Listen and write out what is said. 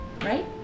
Right